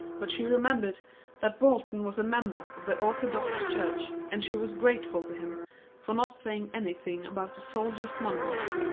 but she remembered that bolton was a member of the orthodox church, and she was grateful to him for not saying anything about the soldiers' monument.